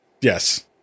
Yes